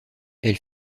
elle